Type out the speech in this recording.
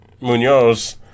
Munoz